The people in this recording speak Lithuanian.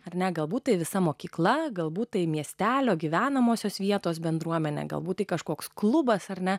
ar ne galbūt visa mokykla galbūt tai miestelio gyvenamosios vietos bendruomenė galbūt kažkoks klubas ar ne